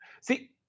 See